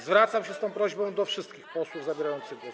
Zwracam się z tą prośbą do wszystkich posłów zabierających głos.